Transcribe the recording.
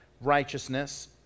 righteousness